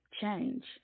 change